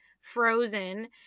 frozen